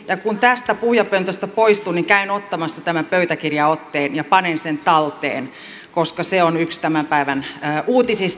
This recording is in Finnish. ja kun tästä puhujapöntöstä poistun niin käyn ottamassa tämän pöytäkirjanotteen ja panen sen talteen koska se on yksi tämän päivän uutisista